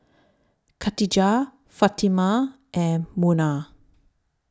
Katijah Fatimah and Munah